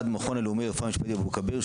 במכון הלאומי לרפואה משפטית אבו כביר,